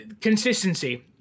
consistency